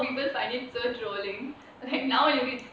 even now people find it so drooling like now